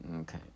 Okay